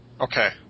Okay